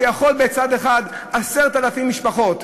שיכול מצד אחד 10,000 משפחות,